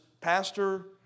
Pastor